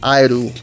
idol